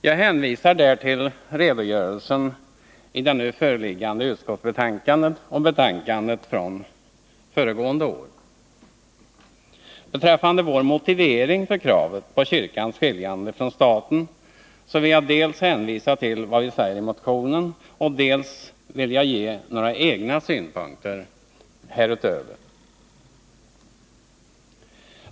Jag hänvisar där till redogörelsen i det nu föreliggande utskottsbetänkandet och Nr 28 betänkandena från föregående år. Beträffande vår motivering för kravet för Onsdagen den kyrkans skiljande från staten vill jag dels hänvisa till vad vi säger i motionen, 19 november 1980 dels vill jag därutöver ge några egna synpunkter.